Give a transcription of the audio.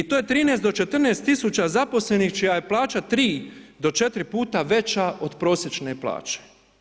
I to je 13 do 14000 zaposlenih čija je plaća 3 do 4 puta veća od prosječen plaće.